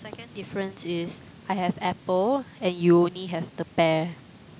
second difference is I have apple and you only have the pear